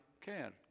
care